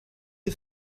you